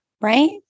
right